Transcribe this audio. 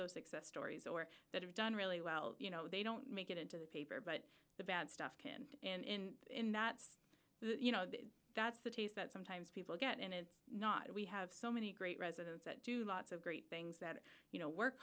those success stories or that have done really well you know they don't make it into the paper but the bad stuff can and in that's you know that's the taste that sometimes people get and it's not we have so many great residents that do lots of great things that you know work